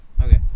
Okay